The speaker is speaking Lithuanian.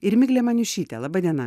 ir miglė maniušytė laba diena